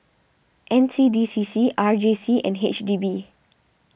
N C D C C R J C and H D B